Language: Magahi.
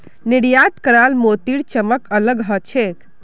निर्यात कराल मोतीर चमक अलग ह छेक